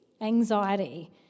anxiety